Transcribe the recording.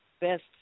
best